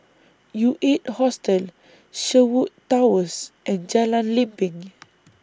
U eight Hostel Sherwood Towers and Jalan Lempeng